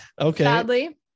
Okay